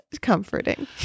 comforting